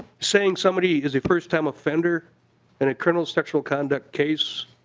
saying somebody is a first-time offender in a criminal sexual conduct case